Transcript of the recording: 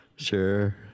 Sure